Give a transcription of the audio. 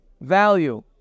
value